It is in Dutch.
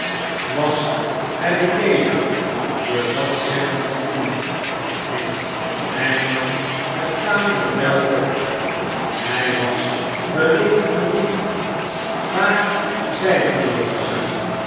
was hij beleedigd door dat zeggen van u neen hij nam het tamelijk wel op hij was beleefd genoeg waar zijt ge louisa